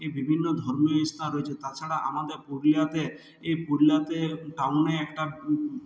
এই বিভিন্ন ধর্মীয় স্থান রয়েছে তাছাড়া আমাদের পুরুলিয়াতে এই পুরুলিয়াতে দারুণই একটা